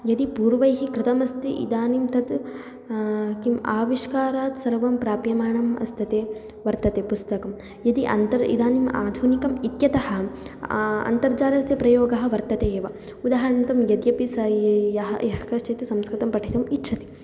यदि पूर्वैः कृतमस्ति इदानीं तत् किम् आविष्कारात् सर्वं प्राप्यमाणम् अस्ति वर्तते पुस्तकं यदि अन्तर् इदानीम् आधुनिकम् इत्यतः अन्तर्जालस्य प्रयोगः वर्तते एव उदाहरणार्थं यद्यपि स यः यः कश्चित् संस्कृतं पठितुम् इच्छति